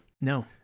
No